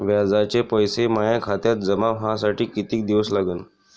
व्याजाचे पैसे माया खात्यात जमा व्हासाठी कितीक दिवस लागन?